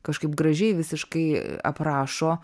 kažkaip gražiai visiškai aprašo